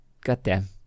Goddamn